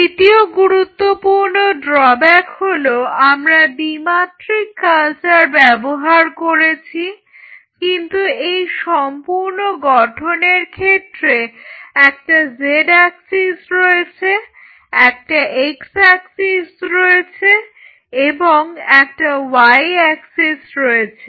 দ্বিতীয় গুরুত্বপূর্ণ ড্রব্যাক হলো আমরা দ্বিমাত্রিক কালচার ব্যবহার করেছি কিন্তু এই সম্পূর্ণ গঠনের ক্ষেত্রে একটা z অ্যাক্সিস রয়েছে একটা x অ্যাক্সিস রয়েছে এবং একটা y অ্যাক্সিস রয়েছে